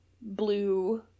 blue